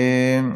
עכשיו,